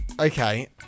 Okay